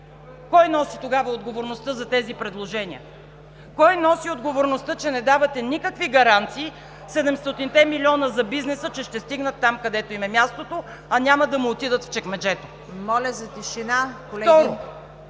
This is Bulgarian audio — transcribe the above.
кой носи тогава отговорността за тези предложения? Кой носи отговорността, че не давате никакви гаранции 700-те милиона за бизнеса, че ще стигнат там, където им е мястото, а няма да му отидат в чекмеджето? (Шум и реплики.)